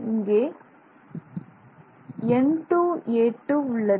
இங்கே எண் n2a2 உள்ளது